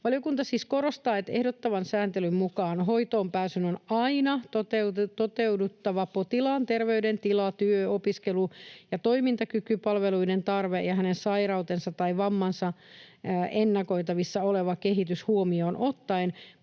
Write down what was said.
Valiokunta siis korostaa, että ehdotettavan sääntelyn mukaan hoitoonpääsyn on aina toteuduttava potilaan terveydentila, työ‑, opiskelu- ja toimintakyky, palveluiden tarve ja hänen sairautensa tai vammansa ennakoitavissa oleva kehitys huomioon ottaen